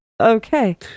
Okay